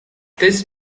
this